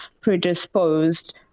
predisposed